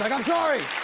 like i'm sorry.